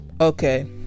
Okay